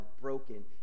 broken